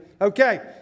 Okay